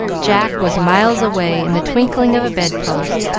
jack was miles away in the twinkling of a bedpost,